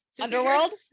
Underworld